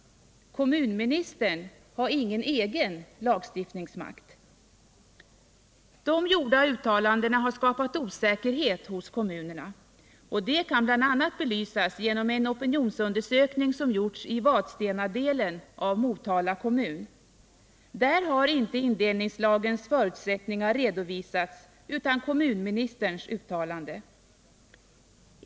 Kommunministern har ingen egen lagstiftningsmakt. De gjorda uttalandena har skapat osäkerhet hos kommunerna. Detta kan bl.a. belysas genom en opinionsundersökning som gjorts i Vadstenadelen av Motala kommun. Där har inte indelningslagens förutsättningar redovisats utan kommunministerns uttalande.